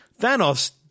Thanos